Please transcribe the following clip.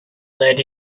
lead